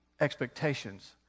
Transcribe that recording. expectations